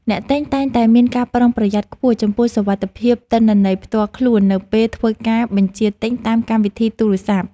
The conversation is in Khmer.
អ្នកទិញតែងតែមានការប្រុងប្រយ័ត្នខ្ពស់ចំពោះសុវត្ថិភាពទិន្នន័យផ្ទាល់ខ្លួននៅពេលធ្វើការបញ្ជាទិញតាមកម្មវិធីទូរស័ព្ទ។